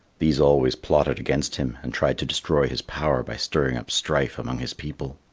these always plotted against him and tried to destroy his power by stirring up strife among his people.